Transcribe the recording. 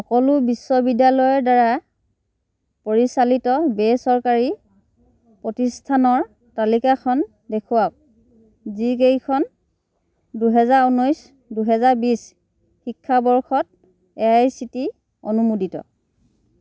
সকলো বিশ্ববিদ্যালয়ৰদ্বাৰা পৰিচালিত বেচৰকাৰী প্ৰতিষ্ঠানৰ তালিকাখন দেখুৱাওক যিকেইখন দুহেজাৰ ঊনৈছ দুহেজাৰ বিছ শিক্ষাবৰ্ষত A I C T E অনুমোদিত